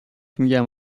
میگم